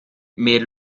mehr